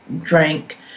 drank